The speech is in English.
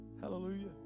Hallelujah